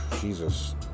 jesus